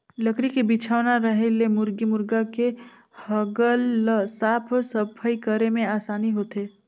लकरी के बिछौना रहें ले मुरगी मुरगा के हगल ल साफ सफई करे में आसानी होथे